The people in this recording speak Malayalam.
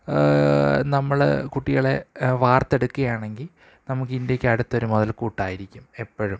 നമ്മള് കുട്ടികളെ വാർത്തെടുക്കുകയാണെങ്കില് നമുക്ക് ഇന്ത്യക്ക് അടുത്ത ഒരു മുതൽക്കൂട്ട് ആയിരിക്കും എപ്പോഴും